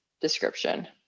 description